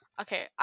Okay